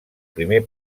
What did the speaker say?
primer